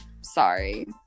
Sorry